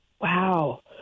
wow